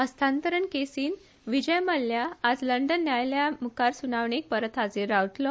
हस्तांतरण केशीत विजय मल्ल्या आयज लंडन न्यायालयामुखार सूनावणेक परत हाजीर जातलो